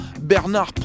Bernard